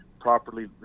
properly